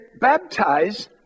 baptized